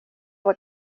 were